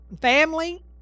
Family